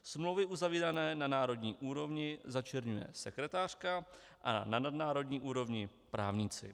Smlouvy uzavírané na národní úrovni začerňuje sekretářka, na nadnárodní úrovni právníci.